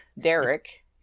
Derek